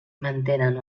mantenen